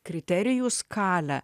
kriterijų skalę